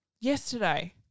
yesterday